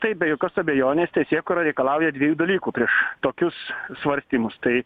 tai be jokios abejonės teisėkūra reikalauja dviejų dalykų prieš tokius svarstymus tai